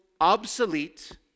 obsolete